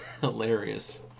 hilarious